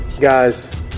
guys